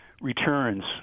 returns